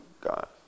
God